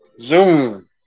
zoom